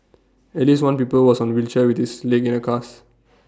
at least one pupil was on A wheelchair with this leg in A cast